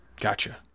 Gotcha